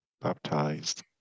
baptized